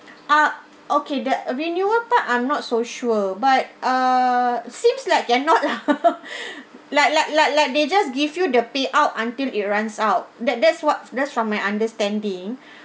ah okay the renewal part I'm not so sure but uh seems like cannot lah like like like like they just give you the payout until it runs out that that's what's that's from my understanding